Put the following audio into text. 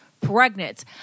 pregnant